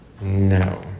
No